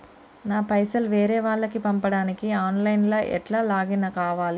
నా పైసల్ వేరే వాళ్లకి పంపడానికి ఆన్ లైన్ లా ఎట్ల లాగిన్ కావాలి?